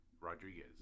Rodriguez